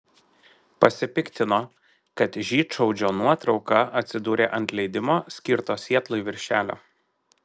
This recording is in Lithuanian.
pasipiktino kad žydšaudžio nuotrauka atsidūrė ant leidimo skirto sietlui viršelio